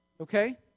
Okay